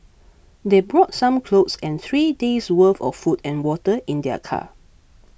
they brought some clothes and three days' worth of food and water in their car